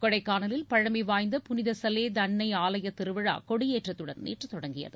கொடைக்கானலில் பழமைவாய்ந்த புனித சலேத் அன்னை ஆலய திருவிழா கொடியேற்றத்துடன் நேற்று தொடங்கியது